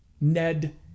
Ned